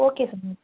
okay sir